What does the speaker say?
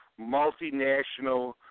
multinational